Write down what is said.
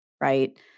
right